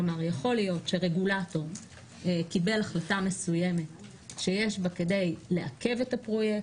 יכול להיות שרגולטור קיבל החלטה מסוימת שיש בה כדי לעכב את הפרויקט,